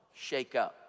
shakeup